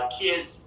kids